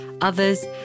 others